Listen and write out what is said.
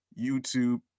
YouTube